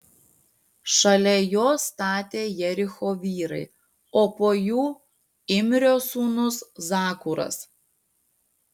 šalia jo statė jericho vyrai o po jų imrio sūnus zakūras